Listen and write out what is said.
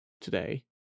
today